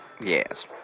Yes